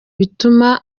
bituma